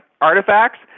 Artifacts